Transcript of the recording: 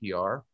PR